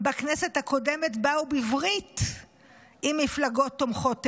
בכנסת הקודמת באו בברית עם מפלגות תומכות טרור,